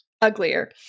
uglier